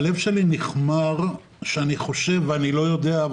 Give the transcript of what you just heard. ליבי נכמר כשאני חושב ואני לא יודע,